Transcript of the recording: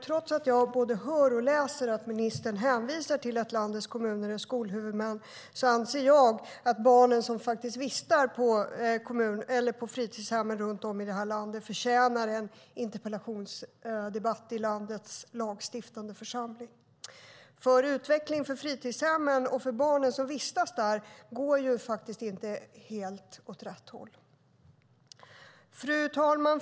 Trots att jag både hör och läser att ministern hänvisar till att landets kommuner är skolhuvudmän anser jag att barnen som vistas på fritidshemmen runt om i det här landet förtjänar en interpellationsdebatt i landets lagstiftande församling. Utvecklingen i fritidshemmen för barnen som vistas där går inte åt helt rätt håll. Fru talman!